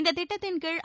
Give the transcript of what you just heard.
இந்தத் திட்டத்தின்கீழ்